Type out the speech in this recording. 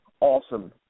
awesome